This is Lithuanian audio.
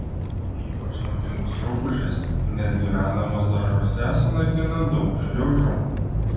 ypač naudingos rupūžės nes gyvendamos daržuose sunaikina daug šliužų